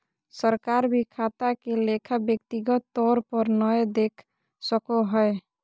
सरकार भी खाता के लेखा व्यक्तिगत तौर पर नय देख सको हय